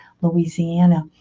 Louisiana